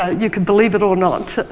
you can believe it or not,